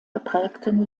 geprägten